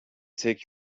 take